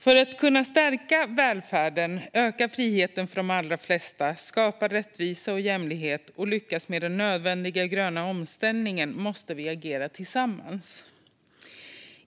För att kunna stärka välfärden, öka friheten för de allra flesta, skapa rättvisa och jämlikhet och lyckas med den nödvändiga gröna omställningen måste vi agera tillsammans.